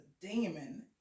demon